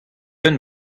unan